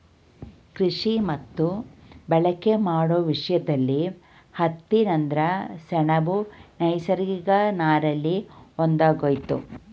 ಕೃಷಿ ಮತ್ತು ಬಳಕೆ ಮಾಡೋ ವಿಷಯ್ದಲ್ಲಿ ಹತ್ತಿ ನಂತ್ರ ಸೆಣಬು ನೈಸರ್ಗಿಕ ನಾರಲ್ಲಿ ಒಂದಾಗಯ್ತೆ